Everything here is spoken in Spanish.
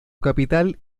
capital